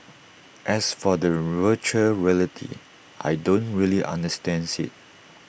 as for the Virtual Reality I don't really understands IT